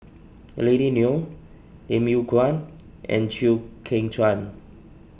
Lily Neo Lim Yew Kuan and Chew Kheng Chuan